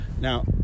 Now